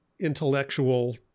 intellectual